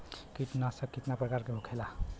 कीटनाशक कितना प्रकार के होखेला?